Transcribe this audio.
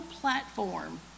platform